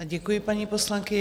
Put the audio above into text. Děkuji, paní poslankyně.